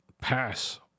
pass